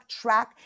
track